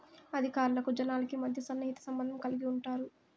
అధికారులకు జనాలకి మధ్య సన్నిహిత సంబంధం కలిగి ఉంటారు